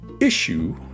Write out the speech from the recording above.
issue